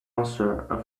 answer